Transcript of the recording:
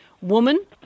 woman